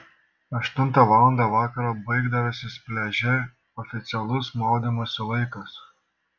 aštuntą valandą vakaro baigdavęsis pliaže oficialus maudymosi laikas